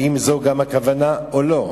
האם זו גם כן הכוונה או לא?